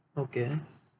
okay